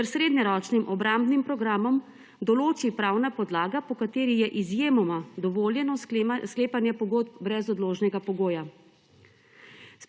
ter srednjeročnim obrambnim programom, določi pravna podlaga, po kateri je izjemoma dovoljeno sklepanje pogodb brez odložnega pogoja.